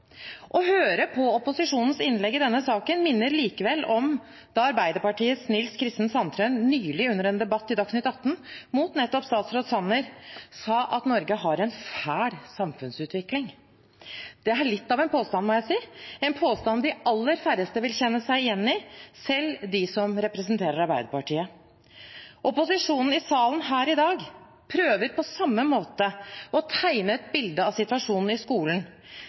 Å høre på opposisjonens innlegg i denne saken minner om da Arbeiderpartiets Nils Kristen Sandtrøen nylig under en debatt i Dagsnytt atten, mot nettopp statsråd Sanner, sa at Norge har en fæl samfunnsutvikling. Det er litt av en påstand, må jeg si, en påstand de aller færreste vil kjenne seg igjen i – selv de som representerer Arbeiderpartiet. Opposisjonen i salen her i dag prøver på samme måte å tegne et bilde av situasjonen i skolen